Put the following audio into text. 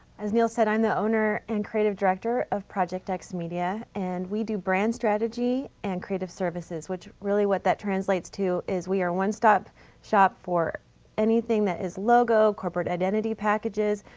as neil said, i'm the owner and creative director of project x-media and we do brand strategy and creative services which really what that translates to is we are one-stop shop for anything that is logo, corporate identity packages,